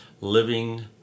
living